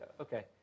okay